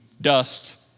dust